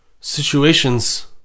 situations